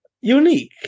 unique